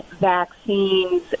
vaccines